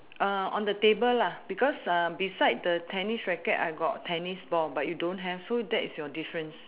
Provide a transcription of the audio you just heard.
uh on the table lah because uh beside the tennis racket I got tennis ball but you don't have so that is your difference